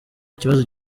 ikibazo